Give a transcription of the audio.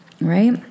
right